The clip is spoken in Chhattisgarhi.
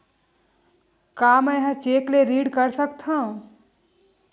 का मैं ह चेक ले ऋण कर सकथव?